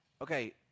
Okay